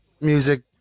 music